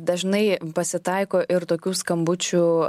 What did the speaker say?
dažnai pasitaiko ir tokių skambučių